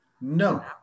No